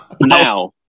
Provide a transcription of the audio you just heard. Now